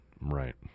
Right